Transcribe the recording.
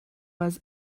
was